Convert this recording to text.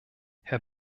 herr